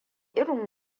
irin